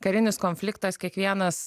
karinis konfliktas kiekvienas